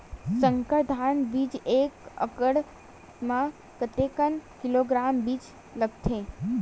संकर धान बीज एक एकड़ म कतेक किलोग्राम बीज लगथे?